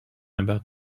about